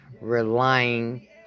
relying